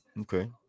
Okay